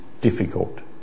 difficult